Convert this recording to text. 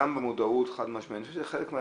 לא, גם בדרום קוריאה, אבל גם בבריטניה,